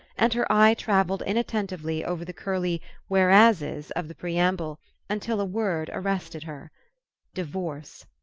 and her eye travelled inattentively over the curly whereases of the preamble until a word arrested her divorce.